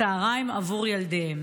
הצוהריים עבור ילדיהם.